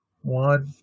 One